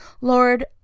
Lord